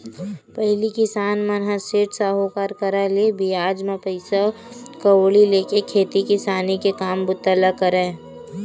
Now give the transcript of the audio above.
पहिली किसान मन ह सेठ, साहूकार करा ले बियाज म पइसा कउड़ी लेके खेती किसानी के काम बूता ल करय